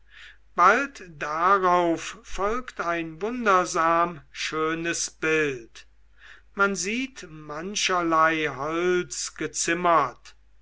bald darauf folgt ein wundersam schönes bild man sieht mancherlei holz gezimmert